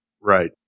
Right